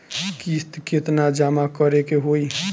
किस्त केतना जमा करे के होई?